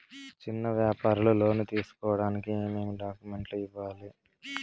చిన్న వ్యాపారులు లోను తీసుకోడానికి ఏమేమి డాక్యుమెంట్లు ఇవ్వాలి?